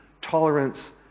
tolerance